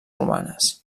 romanes